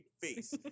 face